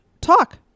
talk